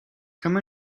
come